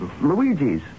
Luigi's